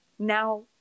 now